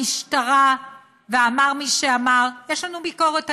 המשטרה, ואמר מי שאמר, יש לנו ביקורת עליה,